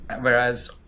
Whereas